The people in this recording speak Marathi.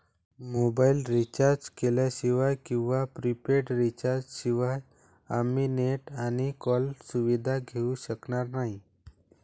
मोबाईल रिचार्ज केल्याशिवाय किंवा प्रीपेड रिचार्ज शिवाय आम्ही नेट आणि कॉल सुविधा घेऊ शकणार नाही